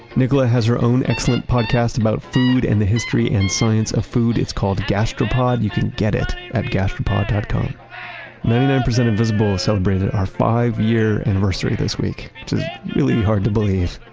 nicola has her own excellent podcast about food and the history and science of food, it's called gastropod. you can get it at gastropod dot com. ninety nine and and percent invisible celebrated our five year anniversary this week, which is really hard to believe.